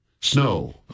Snow